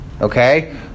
okay